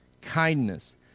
kindness